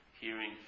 hearing